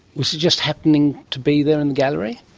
was it just happening to be there in the gallery?